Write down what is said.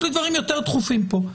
יש דברים יותר דחופים פה.